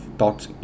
thoughts